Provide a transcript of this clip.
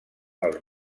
els